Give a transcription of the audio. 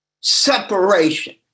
Separation